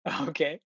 Okay